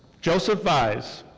joseph vize.